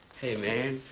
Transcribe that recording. hey man,